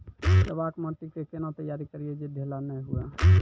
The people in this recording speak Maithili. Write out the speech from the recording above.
केवाल माटी के कैना तैयारी करिए जे ढेला नैय हुए?